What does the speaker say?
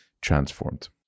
transformed